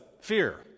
fear